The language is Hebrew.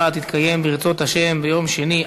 הישיבה הבאה תתקיים ברצות השם ביום שני,